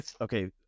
Okay